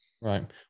right